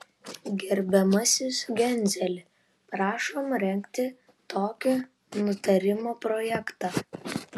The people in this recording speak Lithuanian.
gerbiamasis genzeli prašom rengti tokį nutarimo projektą